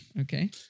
Okay